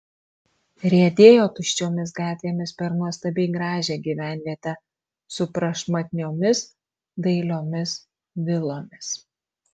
riedėjo tuščiomis gatvėmis per nuostabiai gražią gyvenvietę su prašmatniomis dailiomis vilomis